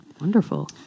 Wonderful